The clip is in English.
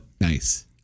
Nice